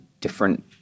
different